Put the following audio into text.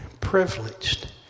privileged